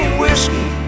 whiskey